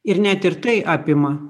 ir net ir tai apima